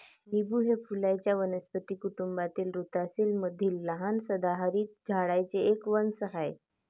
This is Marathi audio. लिंबू हे फुलांच्या वनस्पती कुटुंबातील रुतासी मधील लहान सदाहरित झाडांचे एक वंश आहे